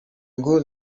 ngo